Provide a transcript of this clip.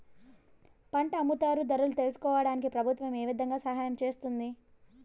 పంట అమ్ముతారు ధరలు తెలుసుకోవడానికి ప్రభుత్వం ఏ విధంగా సహాయం చేస్తుంది?